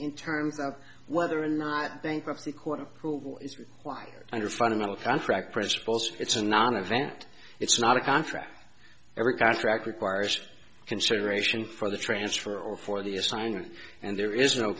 in terms of whether or not bankruptcy court approval is required under fundamental contract principles it's a nonevent it's not a contract every contract requires consideration for the transfer or for the assignment and there is no